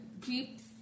Jeeps